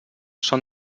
són